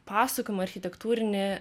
pasakojimą architektūrinį